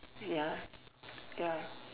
ya ya